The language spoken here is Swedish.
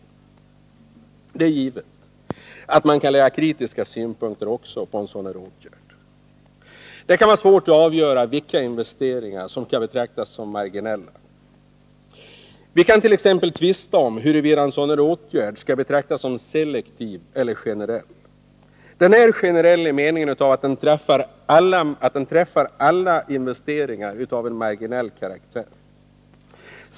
Naturligtvis kar också kritiska synpunkter läggas på en sådan åtgärd. Det kan vara svårt att avgöra vilka investeringar som skall betraktas som marginella. Vi kan t.ex. tvista om huruvida en sådan här åtgärd skall betraktas som selektiv eller generell. Den är generell i meningen att den träffar alla investeringar av marginell karaktär.